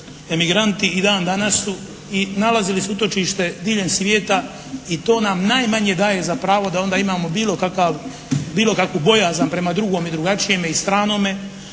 emigranti i dan danas su i nalazili su utočište diljem svijeta i to nam najmanje daje za pravo da onda imamo bilo kakvu bojazan prema drugom i drugačijem i stranome,